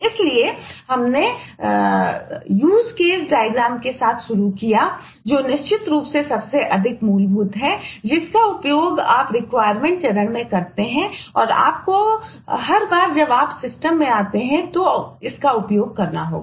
इसलिए हमने use case डायग्राममें आते हैं तो इसका उपयोग करना होगा